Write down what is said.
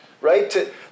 right